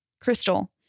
Crystal